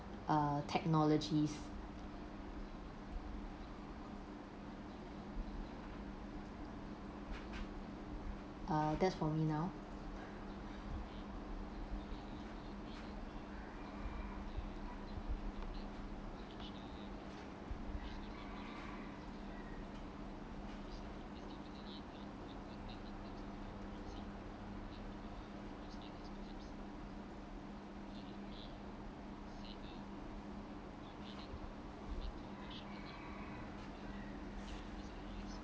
uh technologies uh that's for me now